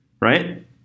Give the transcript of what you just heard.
Right